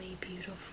beautiful